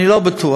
אני לא בטוח.